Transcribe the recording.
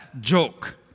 joke